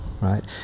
right